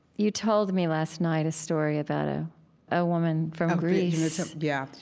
you told me last night a story about ah a woman from greece yeah.